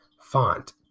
font